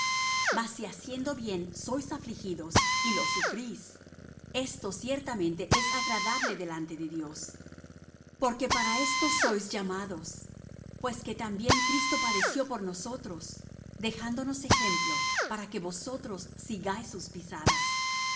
mas si haciendo bien sois afligidos y lo sufrís esto ciertamente es agradable delante de dios porque para esto sois llamados pues que también cristo padeció por nosotros dejándonos ejemplo para que vosotros sigáis sus pisadas